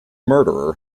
murderer